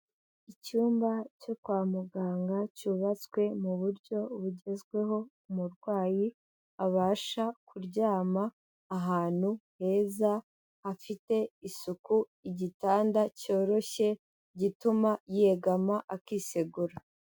Icyumba cyo kwa muganga cyubatswe mu buryo bugezweho, umurwayi abasha kuryama ahantu heza hafite isuku, igitanda cyoroshye gituma yegama akisegura.